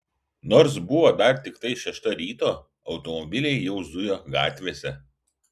nors buvo dar tiktai šešta ryto automobiliai jau zujo gatvėse